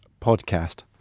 podcast